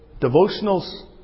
devotionals